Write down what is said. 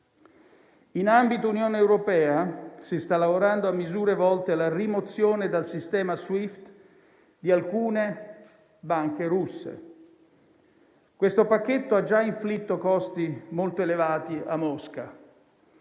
In ambito Unione europea si sta lavorando a misure volte alla rimozione dal sistema Swift di alcune banche russe. Questo pacchetto ha già inflitto costi molto elevati a Mosca.